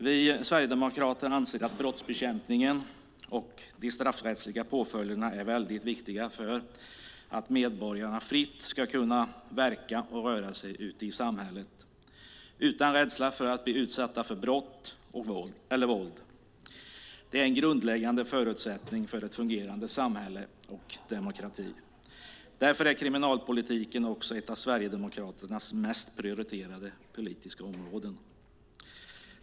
Vi sverigedemokrater anser att brottsbekämpningen och de straffrättsliga påföljderna är väldigt viktiga för att medborgarna fritt ska kunna verka och röra sig ute i samhället utan rädsla för att bli utsatta för brott eller våld. Det är en grundläggande förutsättning för ett fungerande samhälle och för demokrati. Därför är kriminalpolitiken också ett av Sverigedemokraternas mest prioriterade politiska områden.